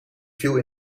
viel